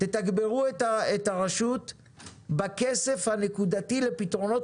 תתגברו את הרשות בכסף הנקודתי לפתרונות